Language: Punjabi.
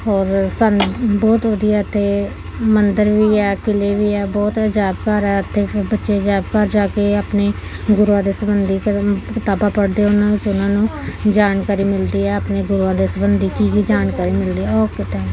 ਔਰ ਸਾਨੂੰ ਬਹੁਤ ਵਧੀਆ ਇੱਥੇ ਮੰਦਰ ਵੀ ਆ ਕਿਲ੍ਹੇ ਵੀ ਆ ਬਹੁਤ ਅਜਾਇਬ ਘਰ ਹੈ ਅਤੇ ਫਿਰ ਬੱਚੇ ਅਜਾਇਬ ਘਰ ਜਾ ਕੇ ਆਪਣੇ ਗੁਰੂਆਂ ਦੇ ਸੰਬੰਧੀ ਕਿਤਾਬਾਂ ਪੜ੍ਹਦੇ ਉਹਨਾਂ ਵਿੱਚ ਉਹਨਾਂ ਨੂੰ ਜਾਣਕਾਰੀ ਮਿਲਦੀ ਹੈ ਆਪਣੇ ਗੁਰੂਆਂ ਦੇ ਸੰਬੰਧੀ ਕੀ ਕੀ ਜਾਣਕਾਰੀ ਮਿਲਦੀ ਹੈ ਓਕੇ ਥੈਂਕ